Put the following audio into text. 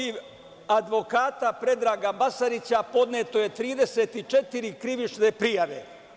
Protiv advokata Predraga Basarića podneto je 34 krivične prijave.